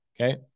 Okay